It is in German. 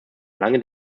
lange